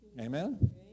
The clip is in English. Amen